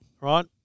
Right